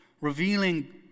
revealing